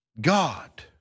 God